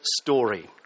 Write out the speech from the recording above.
story